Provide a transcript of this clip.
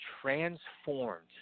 transformed